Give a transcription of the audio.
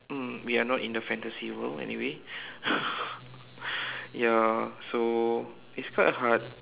mm we are not in the fantasy world anyway ya so it's quite hard